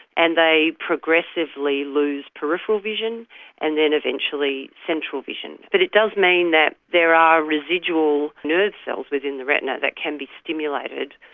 and they progressively lose peripheral vision and then eventually central vision. but it does mean that there are residual nerve cells within the retina that can be stimulated.